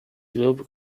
globe